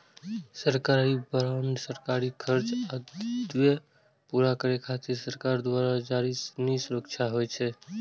सरकारी बांड सरकारी खर्च आ दायित्व पूरा करै खातिर सरकार द्वारा जारी ऋण सुरक्षा होइ छै